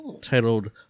titled